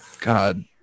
God